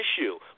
issue